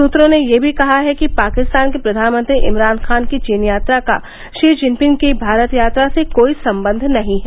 सूत्रों ने यह भी कहा है कि पाकिस्तान के प्रधानमंत्री इमरान खान की चीन यात्रा का शी चिनफिंग की भारत यात्रा से कोई संबंध नहीं है